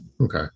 okay